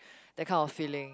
that kind of feeling